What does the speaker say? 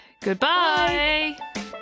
Goodbye